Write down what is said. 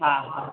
हा हा